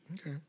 Okay